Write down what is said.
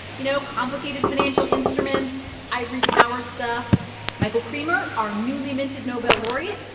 you know, complicated financial instruments, ivory tower stuff. michael kremer, our newly minted nobel laureate,